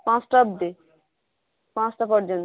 পাঁচটা অবধি পাঁচটা পর্যন্ত